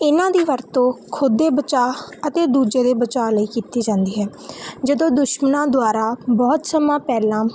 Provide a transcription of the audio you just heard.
ਇਹਨਾਂ ਦੀ ਵਰਤੋਂ ਖੁਦ ਦੇ ਬਚਾਅ ਅਤੇ ਦੂਜੇ ਦੇ ਬਚਾਅ ਲਈ ਕੀਤੀ ਜਾਂਦੀ ਹੈ ਜਦੋਂ ਦੁਸ਼ਮਣਾਂ ਦੁਆਰਾ ਬਹੁਤ ਸਮਾਂ ਪਹਿਲਾਂ